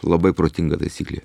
labai protinga taisyklė